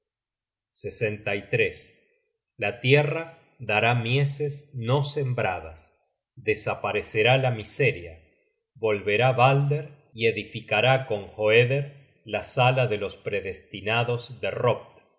wola odin content from google book search generated at desaparecerá la miseria volverá balder y edificará con hoeder la sala de los predestinados de hropt